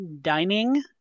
dining